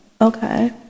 okay